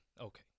okay